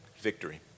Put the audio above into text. Victory